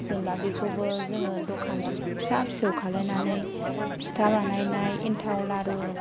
जेनेबा बेखौबो जोङो दखान फिसा फिसौ खालायनानै फिथा बानायनाय एनथाव लारु